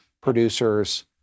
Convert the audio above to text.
producers